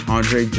Andre